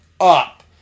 up